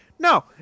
No